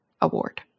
award